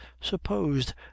supposed